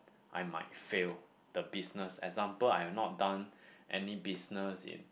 I might fail the business example I've not done any business in